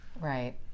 Right